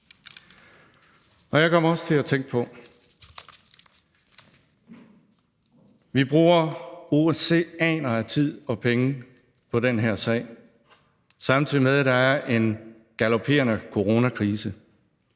Jeg kommer også til at tænke på, at vi bruger oceaner af tid og penge på den her sag, samtidig med at der er en galoperende coronakrise.